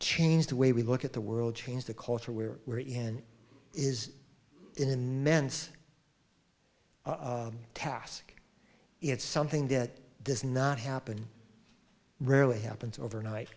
change the way we look at the world change the culture where we're in is in men's task it's something that does not happen rarely happens overnight